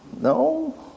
no